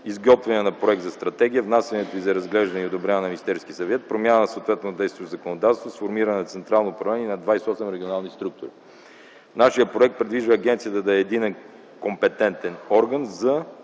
изготвяне на проект за стратегия, внасянето й за разглеждане и одобряване в Министерския съвет, промяна съответно на действащото законодателство, сформиране на централно управление на 28 регионални структури. Нашият проект предвижда агенцията да е единен компетентен орган за